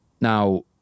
Now